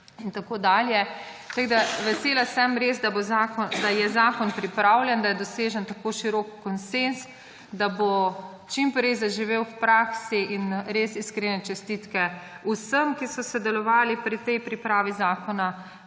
in tako dalje. Vesela sem, res, da je zakon pripravljen, da je dosežen tako širok konsenz, da bo čim prej zaživel v praksi. In res iskrene čestitke vsem, ki so sodelovali pri tej pripravi zakona,